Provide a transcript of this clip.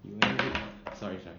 you only sorry sorry